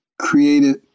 created